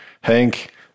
Hank